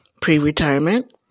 Pre-retirement